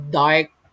dark